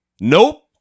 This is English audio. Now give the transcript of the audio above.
Nope